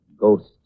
Ghosts